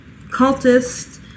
cultist